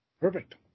Perfect